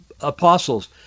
apostles